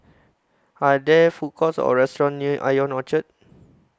Are There Food Courts Or restaurants near Ion Orchard